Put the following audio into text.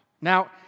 Now